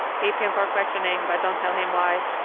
keep him for questioning but don't tell him why.